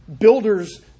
Builders